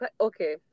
Okay